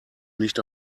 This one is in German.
nicht